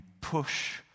push